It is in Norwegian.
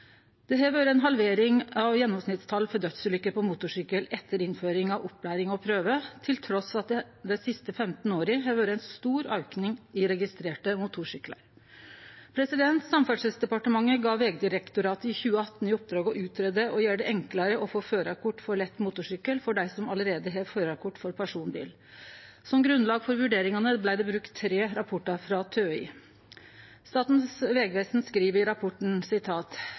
Det har vore ei halvering av gjennomsnittstal for dødsulykker på motorsykkel etter innføring av opplæring og prøve, trass i at det dei siste 15 åra har vore ein stor auke i registrerte motorsyklar. Samferdselsdepartementet gav Vegdirektoratet i 2018 i oppdrag å greie ut å gjere det enklare å få førarkort for lett motorsykkel for dei som allereie har førarkort for personbil. Som grunnlag for vurderingane blei det brukt tre rapportar frå TØI. Statens vegvesen skriv i rapporten: